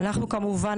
אנחנו כמובן,